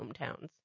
hometowns